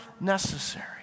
necessary